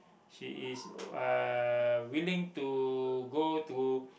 she is uh willing to go through